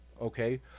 okay